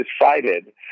decided